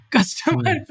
Customer